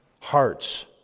hearts